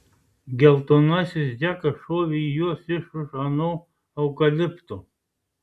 geltonasis džekas šovė į jus iš už ano eukalipto